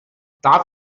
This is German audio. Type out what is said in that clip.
darf